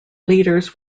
leaders